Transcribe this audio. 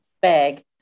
bag